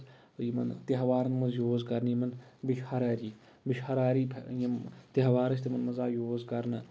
یِمن تیٚہوارن منٛز یوٗز کرنہِ یِمن بیٚیہِ چھُ ہراری بیٚیہِ چھُ ہراری یِم تیٚہوار ٲسۍ تِمن منٛز آو یوٗز کَرنہٕ